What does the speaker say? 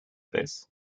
this